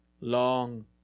long